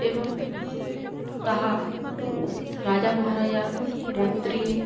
ଏବଂ ତାହା ରାଜା ମହାରାଜା ମନ୍ତ୍ରୀ